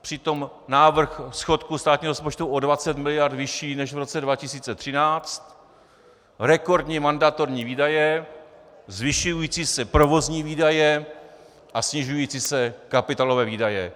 Přitom návrh schodku státního rozpočtu o 20 mld vyšší než v roce 2013, rekordní mandatorní výdaje, zvyšující se provozní výdaje a snižující se kapitálové výdaje.